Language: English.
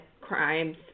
crimes